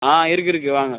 ஆ இருக்கு இருக்கு வாங்க